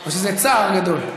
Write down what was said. או שזה צער גדול.